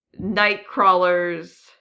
Nightcrawler's